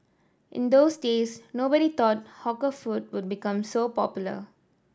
in those days nobody thought hawker food would become so popular